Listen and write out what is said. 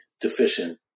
deficient